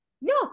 No